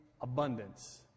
abundance